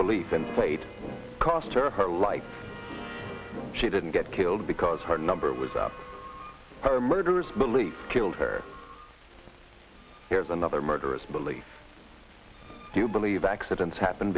bill even played cost her her life she didn't get killed because her number was up her murderers belief killed her here's another murderous belief do you believe accidents happen